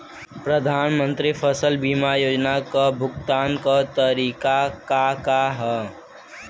प्रधानमंत्री फसल बीमा योजना क भुगतान क तरीकाका ह?